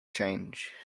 change